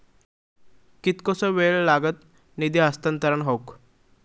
कितकोसो वेळ लागत निधी हस्तांतरण हौक?